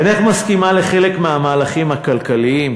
אינך מסכימה לחלק מהמהלכים הכלכליים,